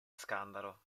scandalo